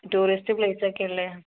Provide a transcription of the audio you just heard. tourist പ്ലൈസോക്കെ ഉള്ളത്